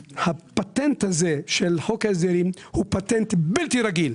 הפטנט הזה של חוק ההסדרים הוא פטנט בלתי רגיל.